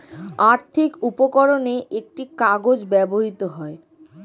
আর্থিক উপকরণে একটি কাগজ ব্যবহৃত হয়